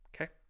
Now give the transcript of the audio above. okay